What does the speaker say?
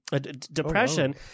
depression